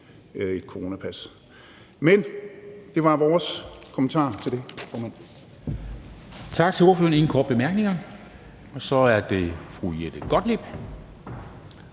et coronapas. Men det var vores kommentarer til det.